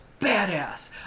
badass